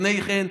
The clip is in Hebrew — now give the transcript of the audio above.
לפני כן,